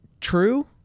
true